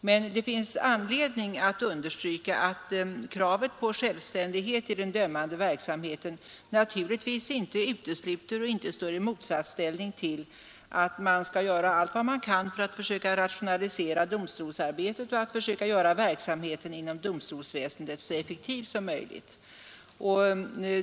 Men det finns anledning att understryka att kravet på självständighet i den dömande verksamheten inte utesluter eller står i motsatsställning till en strävan att rationalisera domstolsarbetet och göra verksamheten inom domstolsväsendet så effektiv som möjligt.